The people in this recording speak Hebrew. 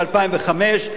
ב-2005,